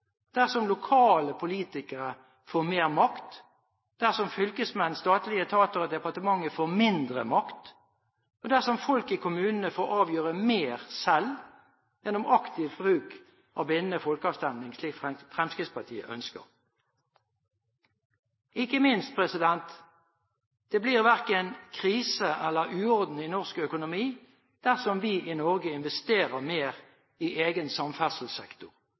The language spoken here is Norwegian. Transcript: økonomi dersom det lokale folkestyret styrkes, dersom lokale politikere får mer makt, dersom fylkesmenn, statlige etater og departementer får mindre makt, og dersom folk i kommunene får avgjøre mer selv gjennom aktiv bruk av bindende folkeavstemning, slik Fremskrittspartiet ønsker. Ikke minst: Det blir verken krise eller uorden i norsk økonomi dersom vi i Norge investerer mer i egen samferdselssektor,